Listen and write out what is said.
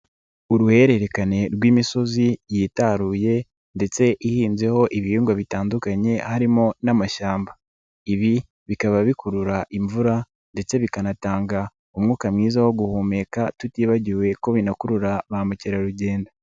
Uruhererekane rw'imisozi yitaruye ndetse ihinzeho ibihingwa bitandukanye harimo n'amashyamba, ibi bikaba bikurura imvura ndetse bikanatanga umwuka mwiza wo guhumeka tutibagiwe ko binakurura ba mukerarugendo.